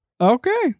Okay